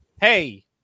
hey